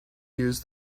use